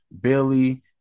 Billy